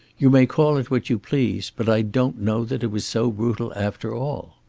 you may call it what you please but i don't know that it was so brutal after all.